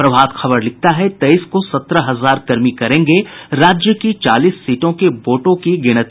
प्रभात खबर लिखता है तेईस को सत्रह हजार कर्मी करेंगे राज्य की चालीस सीटों के वोटों की गिनती